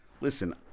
Listen